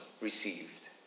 received